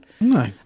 No